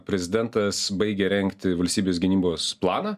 prezidentas baigia rengti valstybės gynybos planą